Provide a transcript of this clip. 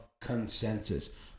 consensus